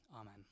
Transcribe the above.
amen